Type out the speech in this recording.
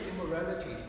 immorality